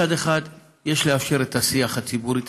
מצד אחד יש לאפשר את השיח הציבורי,